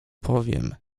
powiem